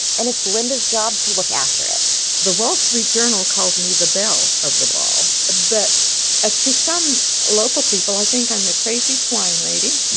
and it's linda's job to look after it the wall street journal called me the belle of the ball, but ah to some local people i think i'm the crazy twine lady